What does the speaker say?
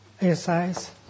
exercise